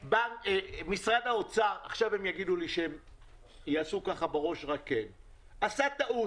משרד האוצר, עכשיו הם יהנהנו בראש, עשה טעות.